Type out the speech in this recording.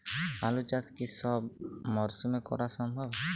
আলু চাষ কি সব মরশুমে করা সম্ভব?